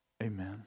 amen